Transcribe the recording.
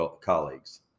colleagues